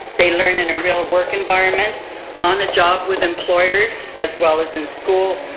they learn in a real work environment on the job with employers as well as in school.